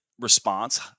response